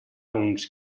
uns